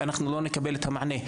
ואנחנו לא נקבל את המענה,